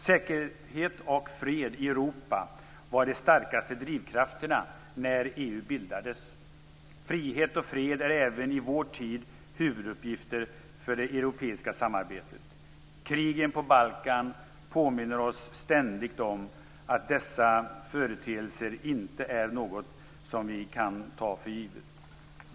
Säkerhet och fred i Europa var de starkaste drivkrafterna när EU bildades. Frihet och fred är även i vår tid huvuduppgifter för det europeiska samarbetet. Krigen på Balkan påminner oss ständigt om att dessa företeelser inte är något som vi kan ta för givet.